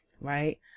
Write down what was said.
right